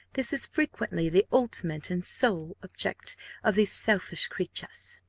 this is frequently the ultimate and sole object of these selfish creatures.